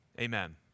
Amen